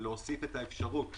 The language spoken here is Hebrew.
להוסיף את האפשרות